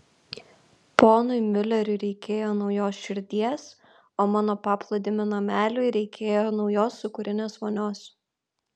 ponui miuleriui reikėjo naujos širdies o mano paplūdimio nameliui reikėjo naujos sūkurinės vonios